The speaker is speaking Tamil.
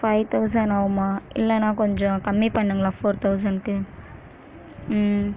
ஃபைவ் தவுசண்ட் ஆகுமா இல்லைண்ணா கொஞ்சம் கம்மி பண்ணுங்களேன் ஃபோர் தவுசண்ட்க்கு ம்